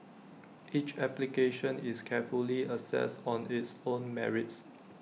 each application is carefully assessed on its own merits